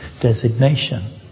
designation